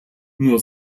nur